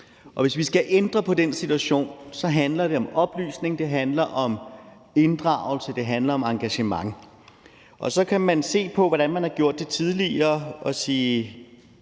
Og hvis vi skal ændre på den situation, handler det om oplysning, det handler om inddragelse, det handler om engagement. Og så kan man se på, hvordan man har gjort det tidligere og sige,